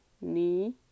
ni